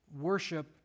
worship